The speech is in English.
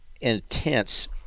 intense